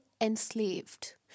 enslaved